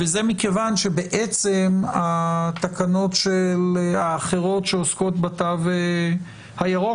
וזה מכיוון שבעצם התקנות האחרות שעוסקות בתו הירוק,